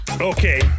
Okay